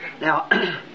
Now